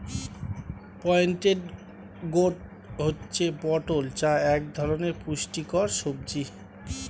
pointed gourd হচ্ছে পটল যা এক পুষ্টিকর সবজি